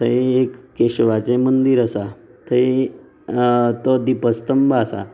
थंय एक केशवाचे मंदीर आसा थंय तो दिपस्थंब आसा